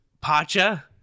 pacha